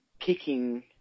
picking